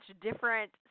different